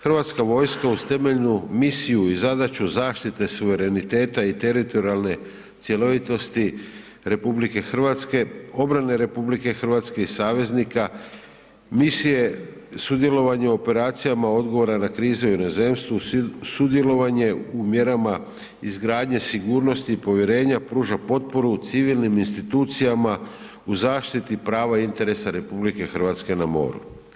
Hrvatska vojska uz temeljnu misiju i zadaću zaštite suvereniteta i teritorijalne cjelovitosti, obrane RH i saveznika, misije sudjelovanja u operacijama odgovora na krize u inozemstvu, sudjelovanje u mjerama izgradnje sigurnosti i povjerenja pruža potporu civilnim institucijama u zaštiti prava i interesa RH na moru.